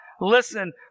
listen